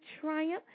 triumph